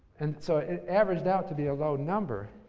and so, it averaged out to be a low number.